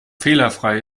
fehlerfrei